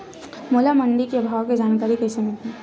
मोला मंडी के भाव के जानकारी कइसे मिलही?